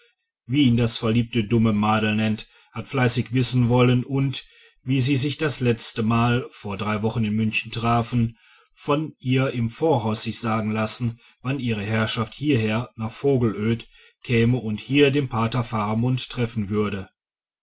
wie ihn das verliebte dumme madel nennt hat fleißig wissen wollen und wie sie sich das letztemal vor drei wochen in münchen trafen von ihr im voraus sich sagen lassen wann ihre herrschaft hierher nach vogelöd käme und hier den pater faramund treffen würde